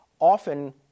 often